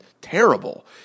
terrible